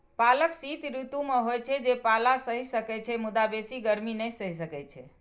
पालक शीत ऋतु मे होइ छै, जे पाला सहि सकै छै, मुदा बेसी गर्मी नै सहि सकै छै